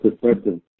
perspective